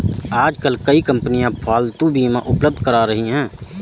आजकल कई कंपनियां पालतू बीमा उपलब्ध करा रही है